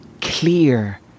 clear